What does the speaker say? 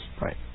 Right